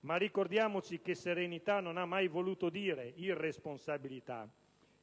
ma ricordiamoci che serenità non ha mai voluto dire irresponsabilità.